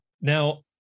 Now